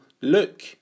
Look